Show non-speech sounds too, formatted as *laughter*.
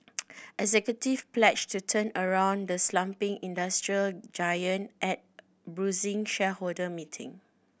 *noise* executive pledged to turn around the slumping industrial giant at a bruising shareholder meeting